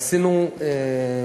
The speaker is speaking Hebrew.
אז עשינו השבוע,